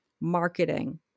marketing